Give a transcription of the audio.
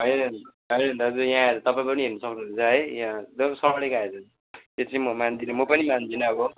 होइन होइन दाजु यहाँ आएर तपाईँ पनि हेर्नु सक्नुहुन्छ है यहाँ एकदम सढेको आएछ यो चाहिँ म मान्दिनँ म पनि मान्दिनँ अब